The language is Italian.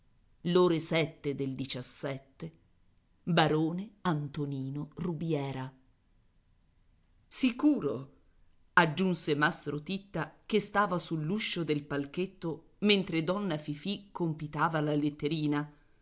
ore sette del e barone antonino rubiera sicuro aggiunse mastro titta che stava sull'uscio del palchetto mentre donna fifì compitava la letterina